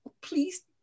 please